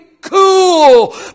cool